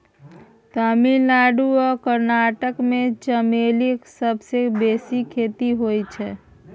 तमिलनाडु आ कर्नाटक मे चमेलीक सबसँ बेसी खेती होइ छै